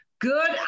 Good